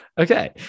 Okay